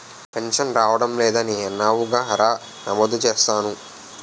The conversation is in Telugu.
పెన్షన్ రావడం లేదని అన్నావుగా రా నమోదు చేస్తాను